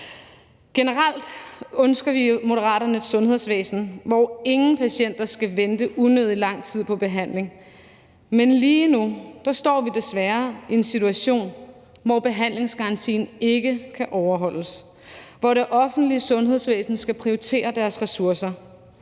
Generelt ønsker Moderaterne et sundhedsvæsen, hvor ingen patienter skal vente unødig lang tid på behandling, men lige nu står vi desværre i en situation, hvor behandlingsgarantien ikke kan overholdes, og hvor det offentlige sundhedsvæsen skal prioritere deres ressourcer,